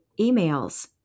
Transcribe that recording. emails